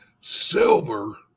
Silver